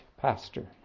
pastor